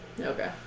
Okay